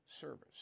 service